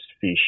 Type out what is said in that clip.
fish